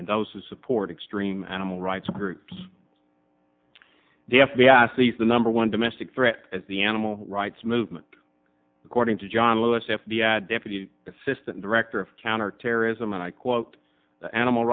and those who support extreme animal rights groups the f b i sees the number one domestic threat as the animal rights movement according to john lewis f b i deputy assistant director of counterterrorism and i quote animal